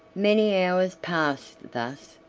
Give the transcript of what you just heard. many hours passed thus,